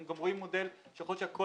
אנחנו גם רואים מודל שיכול להיות שהכול